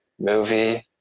movie